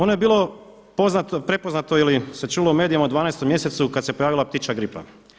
Ono je bilo prepoznato ili se čulo u medijima u 12. mjesecu kada se pojavila ptičja gripa.